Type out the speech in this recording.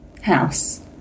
house